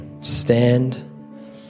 stand